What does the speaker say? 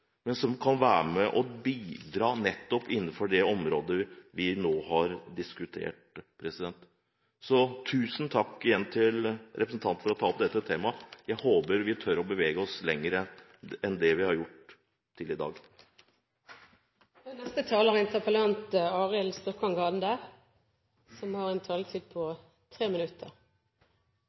men som kan være med og bidra nettopp innenfor det området vi nå har diskutert. Så igjen: Tusen takk til representanten for å ta opp dette temaet. Jeg håper vi tør å bevege oss lenger enn det vi har gjort til i dag.